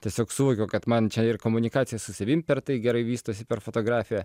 tiesiog suvokiau kad man čia ir komunikacija su savim per tai gerai vystosi per fotografiją